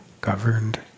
governed